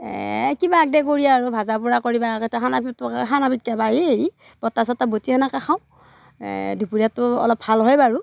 কিবা একদে কৰি আৰু ভাজা পোৰা কৰি বা কেতাবা সানা পোটোকা সানা পিটকা বা এই হেৰি বতা ছতা বটি এনেকৈ খাওঁ দুপৰীয়াৰটো অলপ ভাল হয় বাৰু